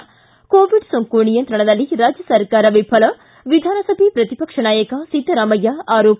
ಿ ಕೋವಿಡ್ ಸೋಂಕು ನಿಯಂತ್ರಣದಲ್ಲಿ ರಾಜ್ಯ ಸರ್ಕಾರ ವಿಫಲ ವಿಧಾನಸಭೆ ಪ್ರತಿಪಕ್ಷ ನಾಯಕ ಸಿದ್ದರಾಮಯ್ಯ ಆರೋಪ